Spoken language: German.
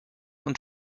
und